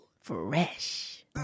Fresh